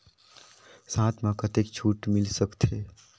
साथ म कतेक छूट मिल सकथे?